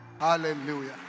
hallelujah